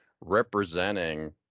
representing